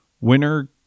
winner